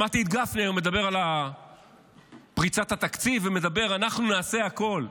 שמעתי את גפני היום מדבר על פריצת התקציב: "אנחנו נעשה הכול",